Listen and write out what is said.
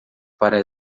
para